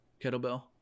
kettlebell